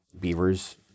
beavers